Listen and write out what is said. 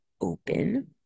open